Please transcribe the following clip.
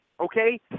Okay